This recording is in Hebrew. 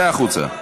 צא החוצה.